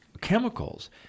chemicals